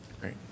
great